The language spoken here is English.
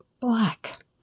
black